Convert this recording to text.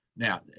Now